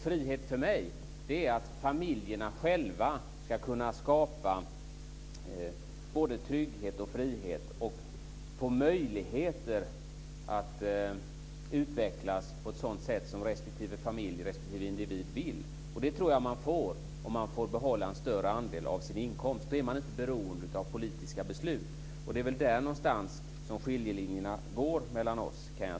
Frihet för mig är att familjerna själva ska kunna skapa både trygghet och frihet och få möjligheter att utvecklas så som respektive familj och individ vill. Det får man om man får behålla en större andel av sin inkomst. Då är man inte beroende av politiska beslut. Det är där skiljelinjen mellan oss går.